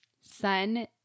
Sun